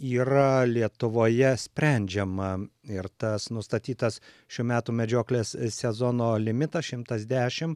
yra lietuvoje sprendžiama ir tas nustatytas šių metų medžioklės sezono limitas šimtas dešimt